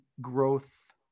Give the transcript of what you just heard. growth